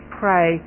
pray